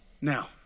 Now